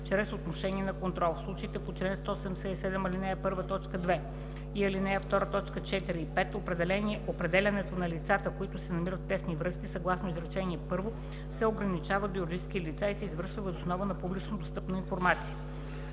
чрез отношения на контрол. В случаите по чл. 177, ал. 1, т. 2 и ал. 2, т. 4 и 5 определянето на лицата, които се намират в тесни връзки съгласно изречение първо, се ограничава до юридически лица и се извършва въз основа на публично достъпна информация.